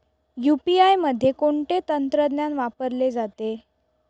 UPI मध्ये कोणते तंत्रज्ञान वापरले जाते?